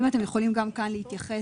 אם אתם יכולים גם כאן להתייחס